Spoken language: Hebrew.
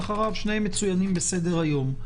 שניהם מצוינים בסדר-היום.